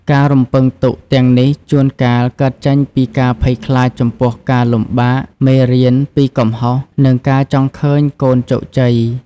ការរំពឹងទុកទាំងនេះជួនកាលកើតចេញពី ការភ័យខ្លាចចំពោះការលំបាក មេរៀនពីកំហុស និងការចង់ឃើញកូនជោគជ័យ។